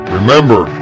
Remember